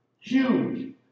Huge